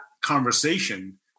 conversation